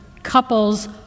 couples